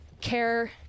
care